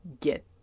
get